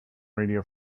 radio